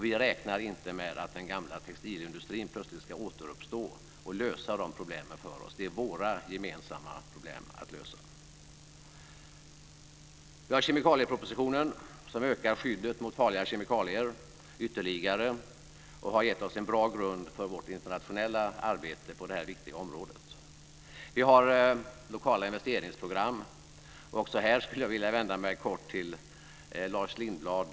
Vi räknar inte med att den gamla textilindustrin plötsligt ska återuppstå och lösa dessa problem åt oss. Det är våra gemensamma problem att lösa. Vi har kemikaliepropositionen som innebär att vi ökar skyddet mot farliga kemikalier ytterligare och som har gett oss en bra grund för vårt internationella arbete på detta viktiga område. Vi har lokala investeringsprogram. Också här skulle jag vilja vända mig till Lars Lindbland.